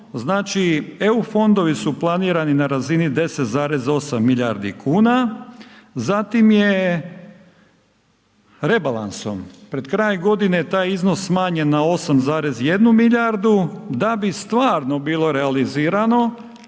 znači EU fondovi su planirani na razini 10,8 milijardi kuna, zatim je rebalansom pred kraj godine taj iznos smanjen na 8,1 milijardu da bi stvarno bilo realizirano